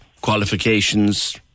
qualifications